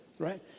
right